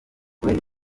kubera